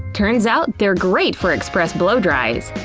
turns out, they're great for express blowdries!